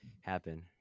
happen